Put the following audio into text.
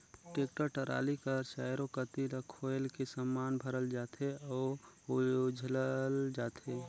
tractor trolley कर चाएरो कती ल खोएल के समान भरल जाथे अउ उझलल जाथे